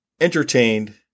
entertained